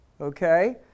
Okay